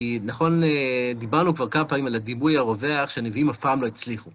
נכון, דיברנו כבר כמה פעמים על הדימוי הרווח, שהנביאים אף פעם לא הצליחו.